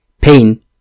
pain